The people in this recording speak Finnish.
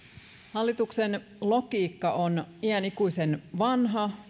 hallituksen logiikka on iänikuisen vanha